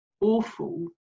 awful